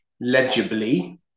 legibly